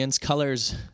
colors